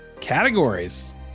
categories